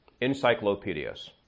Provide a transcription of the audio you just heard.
encyclopedias